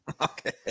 Okay